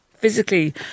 physically